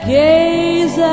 gaze